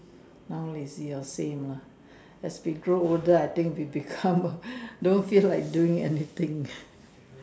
now lazy same lah as we grow older we become don't feel like doing anything